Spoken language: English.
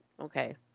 Okay